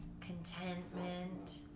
contentment